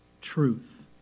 truth